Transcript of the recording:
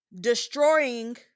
destroying